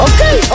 Okay